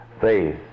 faith